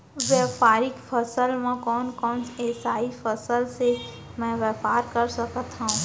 व्यापारिक फसल म कोन कोन एसई फसल से मैं व्यापार कर सकत हो?